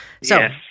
Yes